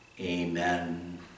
Amen